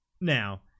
now